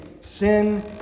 sin